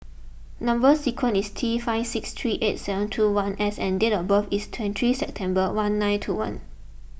Number Sequence is T five six three eight seven two one S and date of birth is twenty three September one nine two one